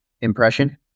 impression